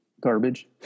garbage